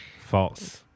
False